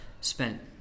spent